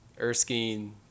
Erskine